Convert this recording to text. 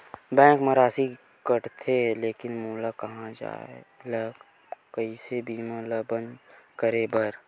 Bank मा राशि कटथे लेकिन मोला कहां जाय ला कइसे बीमा ला बंद करे बार?